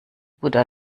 guter